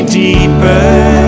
deeper